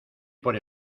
por